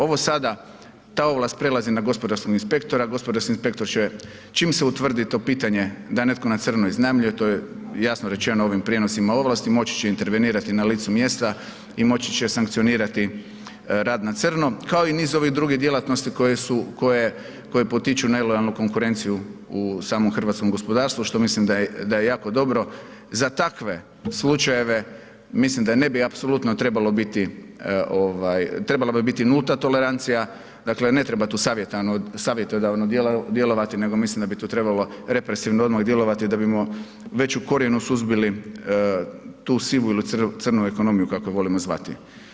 Ovo sad, ta ovlast prelazi na gospodarskog inspektora, gospodarski inspektor će čim se utvrdi to pitanje da netko na crno iznajmljuje, to je jasno rečeno ovim prijenosima ovlasti, moći će intervenirati na licu mjesta i moći će sankcionirati rad na crno kao i niz ovih drugih djelatnosti koje potiču na ilegalnu konkurenciju u samom hrvatskom gospodarstvu što mislim da je jako dobro, za takve slučajeve mislim da ne bi apsolutno trebalo biti, trebalo bi biti nulta tolerancija, dakle ne treba tu savjetodavno djelovati nego mislim da bi tu trebalo represivno odmah djelovati da bismo već u korijenu suzbili tu sivu ili crnu ekonomiju kako ju volimo zvati.